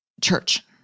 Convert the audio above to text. church